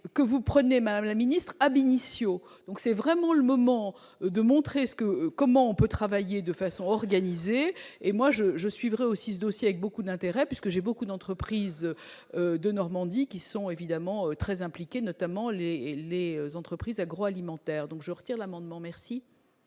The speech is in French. que vous prenez, Madame la Ministre à Benicio donc c'est vraiment le moment de montrer ce que comment on peut travailler de façon organisée et moi je, je suivrai aussi ce dossier avec beaucoup d'intérêt, puisque j'ai beaucoup d'entreprises de Normandie qui sont évidemment très impliquée notamment les les entreprises agroalimentaires, donc je retire l'amendement merci.